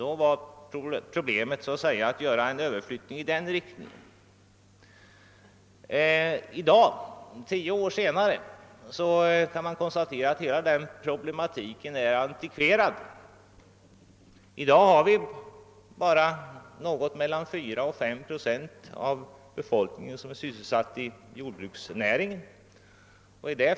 I dag, alltså tio år senare, kan vi konstatera att den problematiken är antikverad. Nu är bara mellan 4 och 5 procent av befolkningen sysselsatt i jordbruksnäringen.